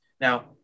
Now